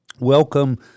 welcome